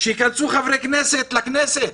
נכנסים חברי כנסת לכנסת,